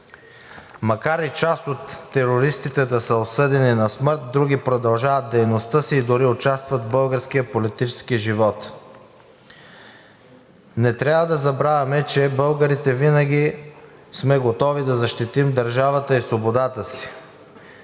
Макар и част от терористите да са осъдени на смърт, други продължават дейността си и дори участват в българския политически живот. Не трябва да забравяме, че българите винаги сме готови да защитим държавата и свободата си,